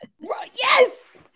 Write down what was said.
Yes